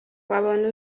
wabona